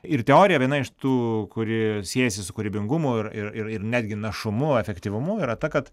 ir teorija viena iš tų kuri siejasi su kūrybingumu ir ir ir netgi našumu efektyvumu yra ta kad